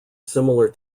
similar